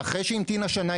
ואחרי שהיא המתינה שנה,